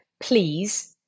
Please